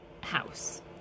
house